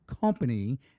company